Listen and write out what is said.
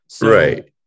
right